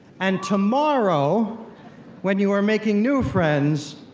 and tomorrow when you are making new friends,